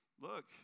look